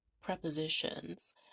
prepositions